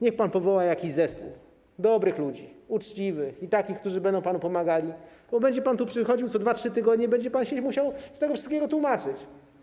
Niech pan powoła jakiś zespół dobrych ludzi, uczciwych, takich, którzy będą panu pomagali, bo będzie pan tu przychodził co 2, 3 tygodnie i będzie pan się musiał z tego wszystkiego tłumaczyć.